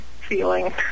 feeling